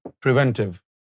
preventive